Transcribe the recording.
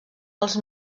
els